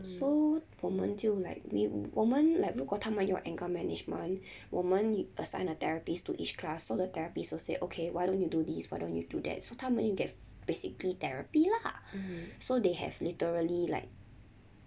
so 我们就 like we 我们 like 如果他们有 anger management 我们 assign a therapist to each class so the therapist will say okay why don't you do this why don't you do that so 他们有 get basically therapy lah so they have literally like